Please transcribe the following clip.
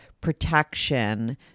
protection